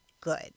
good